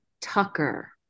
Tucker